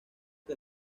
que